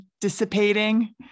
dissipating